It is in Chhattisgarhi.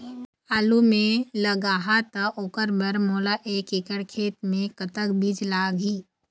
आलू मे लगाहा त ओकर बर मोला एक एकड़ खेत मे कतक बीज लाग ही?